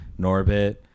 Norbit